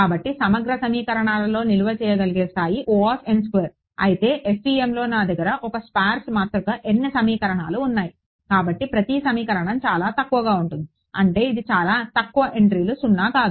కాబట్టి సమగ్ర సమీకరణాలలో నిల్వ చేయగలిగే స్తాయి అయితే FEMలో నా దగ్గర ఒక స్పార్స్ మాతృక n సమీకరణాలు ఉన్నాయి కాబట్టి ప్రతి సమీకరణం చాలా తక్కువగా ఉంటుంది అంటే చాలా తక్కువ ఎంట్రీలు సున్నా కాదు